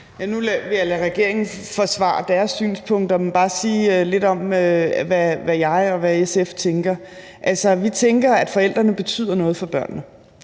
Nu vil jeg lade regeringen forsvare deres synspunkter og bare sige lidt om, hvad jeg og hvad SF tænker. Altså, vi tænker, at forældrene betyder noget for børnene,